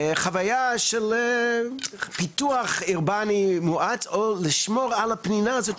חוויה של פיתוח אורבני מואץ או לשמור על הפנינה הזאת,